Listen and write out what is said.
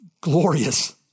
glorious